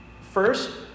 First